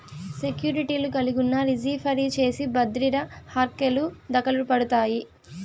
సెక్యూర్టీలు కలిగున్నా, రిజీ ఫరీ చేసి బద్రిర హర్కెలు దకలుపడతాయి